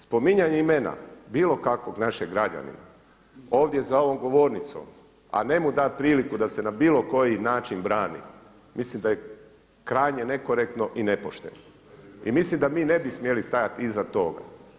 Spominjanje imena, bilo kakvog našeg građanina ovdje za ovom govornicom a ne mu dati priliku da se na bilo koji način brani mislim da je krajnje nekorektno i nepošteno i mislim da mi ne bi smjeli stajati iza toga.